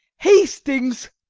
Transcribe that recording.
hastings,